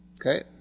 Okay